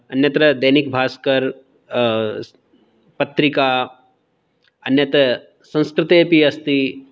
अन्यत्र दैनिकभास्कर पत्रिका अन्यत् संस्कृतेऽपि अस्ति